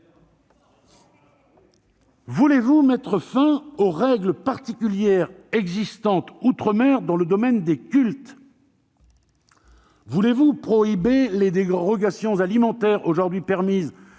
Voulez-vous mettre fin aux règles particulières existant outre-mer dans le domaine des cultes ? Voulez-vous prohiber les dérogations alimentaires aujourd'hui permises